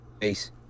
peace